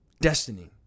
Destiny